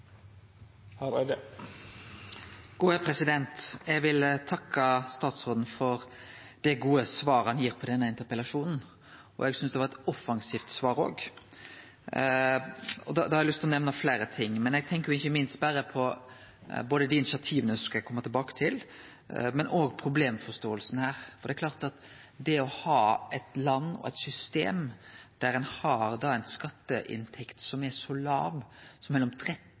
Eg vil takke statsråden for det gode svaret han gir på denne interpellasjonen. Eg synest det òg var eit offensivt svar. Eg har lyst til å nemne fleire ting. Eg tenkjer ikkje minst på dei initiativa som eg skal kome tilbake til, men òg problemforståinga her. At eit land, eit system, har ei skatteinntekt som er så låg som mellom 13 og 15 pst., kan alle me som sit i nasjonalforsamlinga i Noreg, forstå er